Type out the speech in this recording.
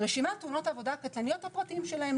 רשימת תאונות עבודה קטלניות והפרטים שלהן.